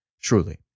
truly